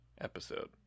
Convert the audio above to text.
episode